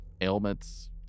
ailments